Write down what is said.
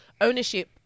ownership